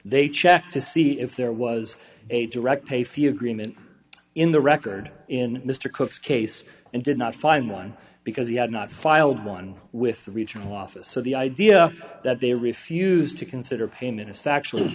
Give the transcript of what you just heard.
they checked to see if there was a direct pay for the agreement in the record in mr cook's case and did not find one because he had not filed one with the regional office so the idea that they refused to consider payment is factually